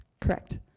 Correct